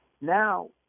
Now